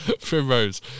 Primrose